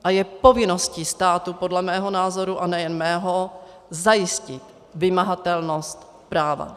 A je povinností státu podle mého názoru, a nejen mého, zajistit vymahatelnost práva.